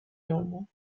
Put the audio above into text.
normal